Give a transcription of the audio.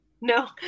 No